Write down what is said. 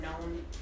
known